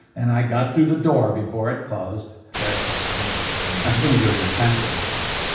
and i got through the door before it closed, terry takes one look at me. i and presume you're in a trance at this point?